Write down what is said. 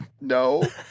no